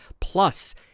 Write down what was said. plus